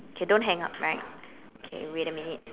okay don't hang up right okay wait a minute